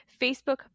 Facebook